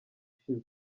ushize